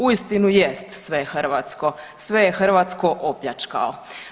Uistinu jest sve hrvatsko, sve je hrvatsko opljačkao.